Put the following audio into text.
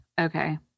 okay